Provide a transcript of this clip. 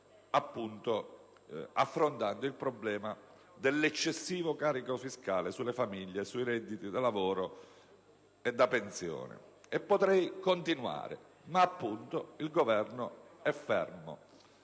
affrontando il problema dell'eccessivo carico fiscale sulle famiglie, sui redditi da lavoro e da pensione. E potrei continuare. Ma, appunto, il Governo è fermo: